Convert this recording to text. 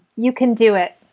you can do it